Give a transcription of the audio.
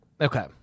Okay